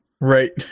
Right